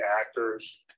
actors